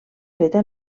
feta